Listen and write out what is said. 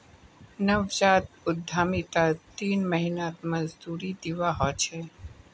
नवजात उद्यमितात तीन महीनात मजदूरी दीवा ह छे